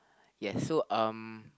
yes so um